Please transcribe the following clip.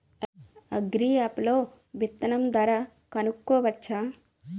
Agri app లో విత్తనం ధర కనుకోవచ్చా?